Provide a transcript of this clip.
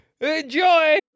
Enjoy